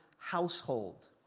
household